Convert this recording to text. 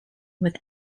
with